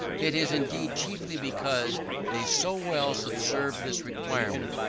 it is indeed chiefly because they so well subserve this requirement,